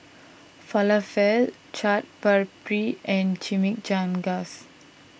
Falafel Chaat Papri and Chimichangas